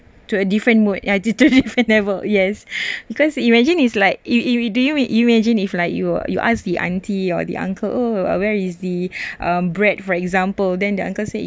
to a different mood uh to a different level yes because you imagine is like you you do you imagine if like you you ask the auntie or the uncle oh where is the uh bread for example then the uncle say